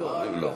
לא.